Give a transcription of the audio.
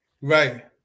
right